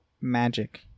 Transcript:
magic